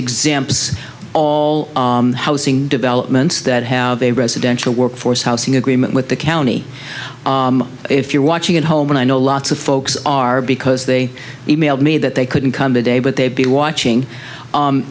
examples all housing developments that have a residential work force housing agreement with the county if you're watching at home and i know lots of folks are because they e mailed me that they couldn't come today but they've been watching